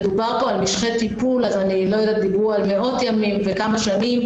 דובר פה על משכי טיפול דיברו על מאות ימים ועל כמה שנים.